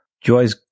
Joy's